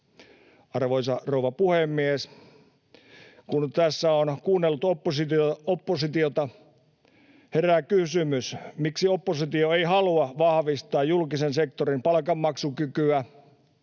Arvoisa rouva puhemies! Kun tässä on kuunnellut oppositiota, herää kysymys, miksi oppositio ei halua vahvistaa julkisen sektorin palkanmaksukykyä,